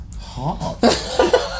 hot